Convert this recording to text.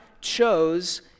chose